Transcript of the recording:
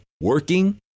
Working